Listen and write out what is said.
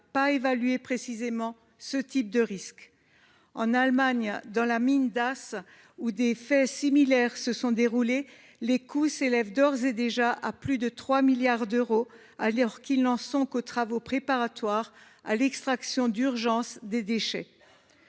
pas évalué précisément ce type de risque. En Allemagne, dans la mine d’Asse, où des faits similaires se sont déroulés, les coûts s’élèvent d’ores et déjà à plus de 3 milliards d’euros, alors que seuls les travaux préparatoires à l’extraction d’urgence des déchets